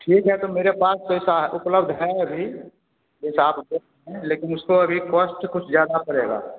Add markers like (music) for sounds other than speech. ठीक है तो मेरे पास पैसा उपलब्ध है अभी जैसा आप (unintelligible) लेकिन उसको अभी कॉस्ट कुछ ज्यादा पड़ेगा